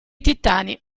titani